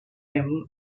him